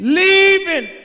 leaving